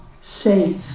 safe